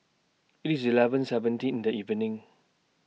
IT IS eleven seventeen in The evening